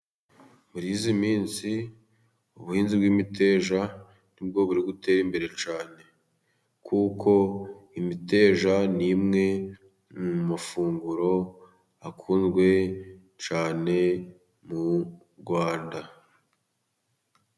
Muri iyi minsi ubuhinzi bw'imiteja ni bwo buri gutera imbere cyane kuko imiteja ni imwe mu mafunguro akunzwe cyane mu Rwanda.